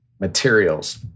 materials